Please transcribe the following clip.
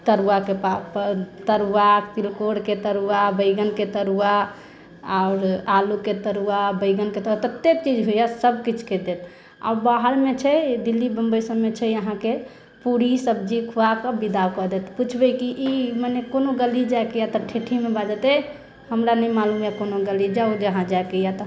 तरुआ के पापड़ तरुआ तिलकोर के तरुआ बैगन के तरुआ आओर आलू के तरुआ बैगन के तऽ ततेक चीज होइया सभकिछु के तैर देत आ बाहर मे छै दिल्ली बम्बइ सभमे छै अहाँके पूरी सब्जी खुआ कऽ बिदा कऽ देत पुछबै कि ई मने कोनो गली जाइ के यऽ तऽ ठेठिये मे बाजत ऐं हमरा नहि मालूम यऽ कोनो गली जाउ जहाँ जाइके यऽ तऽ